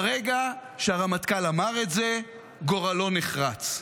ברגע שהרמטכ"ל אמר את זה, גורלו נחרץ.